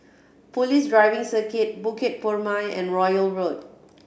Police Driving Circuit Bukit Purmei and Royal Road